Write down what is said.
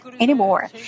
anymore